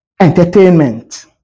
entertainment